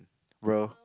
bro